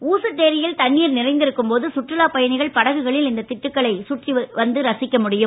ஊசுட்டேரியில் தண்ணீர் நிறைந்திருக்கும் போது சுற்றுலா பயணிகள் படகுகளில் இந்த திட்டுகளை சுற்றி வந்து ரசிக்க முடியும்